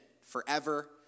forever